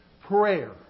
Prayer